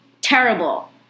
terrible